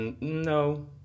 No